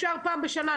אפשר פעם בשנה.